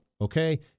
Okay